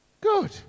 Good